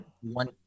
one